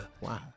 Wow